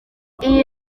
iyi